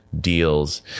deals